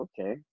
Okay